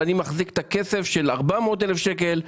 ואני מחזיק 400,000 שקל.